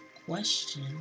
Question